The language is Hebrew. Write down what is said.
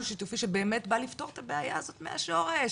שיתופי שבאמת בא לפתור את הבעיה הזאת מהשורש".